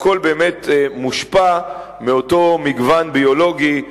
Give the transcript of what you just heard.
הכול באמת מושפע מאותו מגוון ביולוגי.